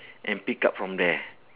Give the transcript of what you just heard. and pick up from there